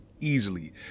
Easily